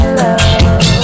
love